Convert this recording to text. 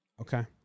Okay